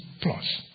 plus